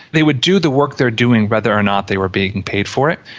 they would do the work they are doing whether or not they were being paid for it,